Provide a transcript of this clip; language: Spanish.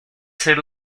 ser